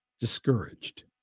discouraged